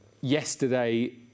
yesterday